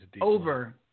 over